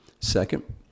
Second